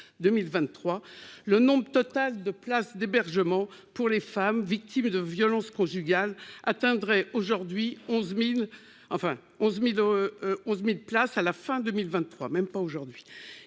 le nombre total de places d'hébergement pour les femmes victimes de violences conjugales atteindrait aujourd'hui 11 enfin, 11 1000 11 1000 places à la fin 2023